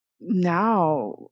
now